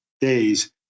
days